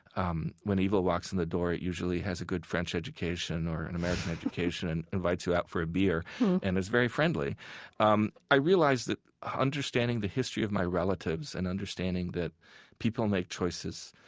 um when evil walks in the door it usually has a good french education or and american education and invites you out for a beer and is very friendly um i realize that understanding the history of my relatives and understanding that people make choices